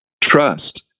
trust